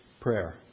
prayer